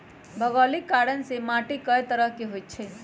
भोगोलिक कारण से माटी कए तरह के होई छई